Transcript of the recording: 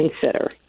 consider